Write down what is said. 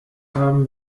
haben